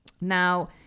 Now